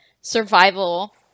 survival